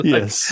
Yes